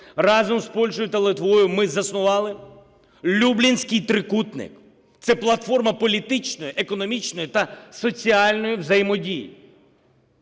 Разом з Польщею та Литвою ми заснували "Люблінський трикутник" – це платформа політичної, економічної та соціальної взаємодії.